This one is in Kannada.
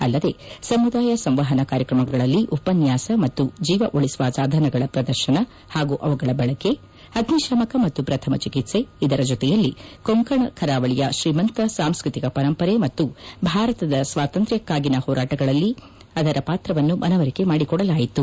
ಅಲ್ಲದೇ ಸಮುದಾಯ ಸಂವಪನ ಕಾರ್ಯಕ್ರಮಗಳಲ್ಲಿ ಉಪನ್ಹಾಸ ಮತ್ತು ಜೀವ ಉಳಿಸುವ ಸಾಧನಗಳ ಪ್ರದರ್ಶನ ಮತ್ತು ಅವುಗಳ ಬಳಕೆ ಅಗ್ನಿಶಾಮಕ ಮತ್ತು ಪ್ರಥಮ ಚಿಕಿತ್ಸೆ ಇದರ ಜೊತೆಯಲ್ಲಿ ಕೊಂಕಣ ಕರಾವಳಿಯ ಶ್ರೀಮಂತ ಸಾಂಸ್ಕೃತಿಕ ಪರಂಪರೆ ಮತ್ತು ಭಾರತದ ಸ್ವಾತಂತ್ರಕ್ಕಾಗಿ ಹೋರಾಟಗಳಲ್ಲಿ ಅದರ ಪಾತ್ರವನ್ನು ಮನವರಿಕೆ ಮಾಡಿಕೊಡಲಾಯಿತು